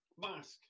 mask